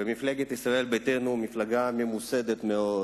ומפלגת ישראל ביתנו היא מפלגה ממוסדת מאוד,